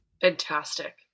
Fantastic